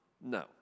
No